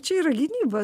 čia yra gynyba